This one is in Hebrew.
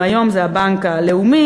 אם היום זה בנק לאומי,